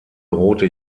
rote